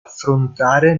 affrontare